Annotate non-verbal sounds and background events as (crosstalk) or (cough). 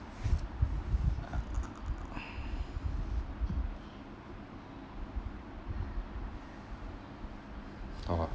(breath) oh